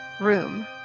room